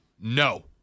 No